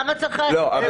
נכון.